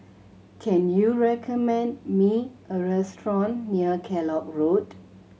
can you recommend me a restaurant near Kellock Road